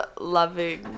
Loving